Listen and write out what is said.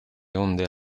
onde